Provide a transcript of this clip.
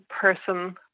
person